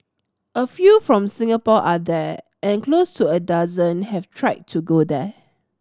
a few from Singapore are there and close to a dozen have tried to go there